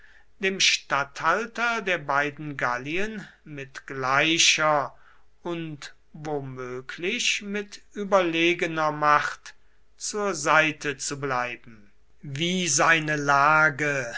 dem statthalter der beiden gallien mit gleicher und womöglich mit überlegener macht zur seite zu bleiben wie seine lage